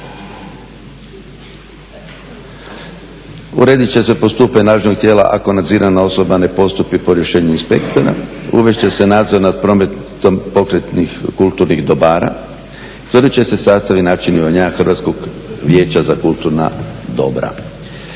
Uredit će se postupanje nadležnog tijela ako nadzirana osoba ne postupi po rješenju inspektora uvest će se nadzor nad prometom pokretnih kulturnih dobara, utvrdit će se sastav i način …/Govornik se ne razumije./… Hrvatskog vijeća za kulturna dobra.